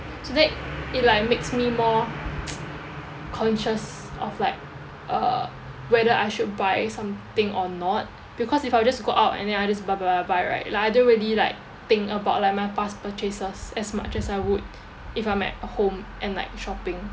so that it like makes me more conscious of like uh whether I should buy something or not because if I would just go out and then I just buy buy buy buy buy right like I don't really like think about like my past purchases as much as I would if I'm at home and like shopping